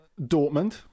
Dortmund